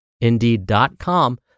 Indeed.com